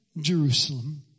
Jerusalem